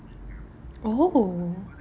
oh